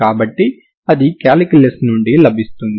కాబట్టి ఇది d'Alembert పరిష్కారం అవుతుంది